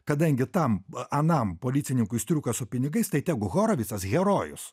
kadangi tam anam policininkui striuka su pinigais tai tegu horovitsas herojus